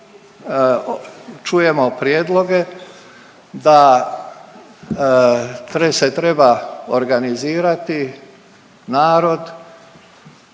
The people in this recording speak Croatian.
čujemo prijedloge da se treba organizirati narod